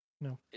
no